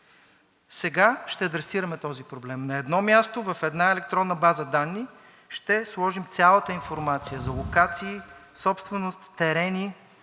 Сега ще адресираме този проблем на едно място, в една електронна база данни ще сложим цялата информация за локации, собственост, терени.